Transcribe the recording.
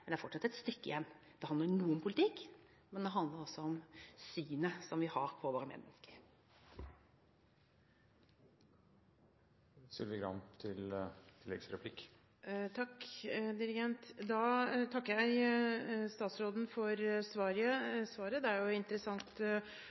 det er fortsatt et stykke igjen. Det handler noe om politikk, men det handler også om hvilket syn vi har på våre medmennesker. Jeg takker statsråden for svaret. Det er jo interessant